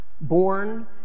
born